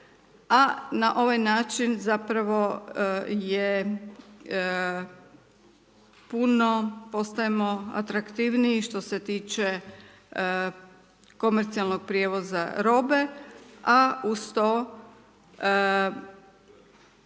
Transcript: a na ovaj način zapravo je puno postajemo atraktivniji što se tiče komercijalnog prijevoza robe. A uz to